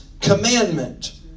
commandment